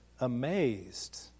amazed